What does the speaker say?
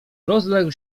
rozległ